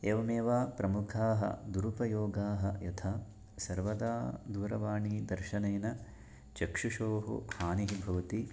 एवमेव प्रमुखाः दुरुपयोगाः यथा सर्वदा दूरवाणीदर्शनेन चक्षुषोः हानिः भवति